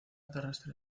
terrestre